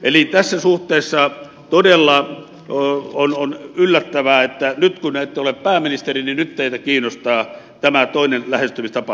eli tässä suhteessa todella on yllättävää että nyt kun ette ole pääministeri teitä kiinnostaa tämä toinen lähestymistapa